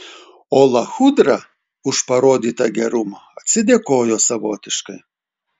o lachudra už parodytą gerumą atsidėkojo savotiškai